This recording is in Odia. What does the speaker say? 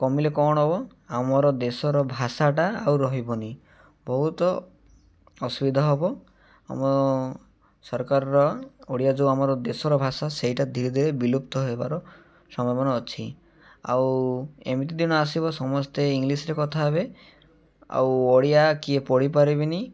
କମିଲେ କ'ଣ ହବ ଆମର ଦେଶର ଭାଷାଟା ଆଉ ରହିବନି ବହୁତ ଅସୁବିଧା ହବ ଆମ ସରକାରର ଓଡ଼ିଆ ଯେଉଁ ଆମର ଦେଶର ଭାଷା ସେଇଟା ଧୀରେ ଧୀରେ ବିଲୁପ୍ତ ହେବାର ସମ୍ଭାବନା ଅଛି ଆଉ ଏମିତି ଦିନ ଆସିବ ସମସ୍ତେ ଇଂଲିଶ୍ରେ କଥା ହେବେ ଆଉ ଓଡ଼ିଆ କିଏ ପଢ଼ି ପାରିବିନି